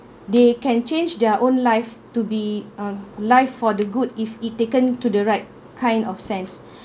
they can change their own life to be on life for the good if he taken to the right kind of sense